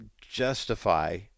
justify